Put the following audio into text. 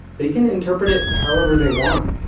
they can interpret it however they want.